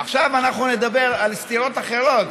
עכשיו אנחנו נדבר על סתירות אחרות,